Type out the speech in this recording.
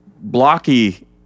blocky